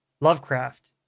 Lovecraft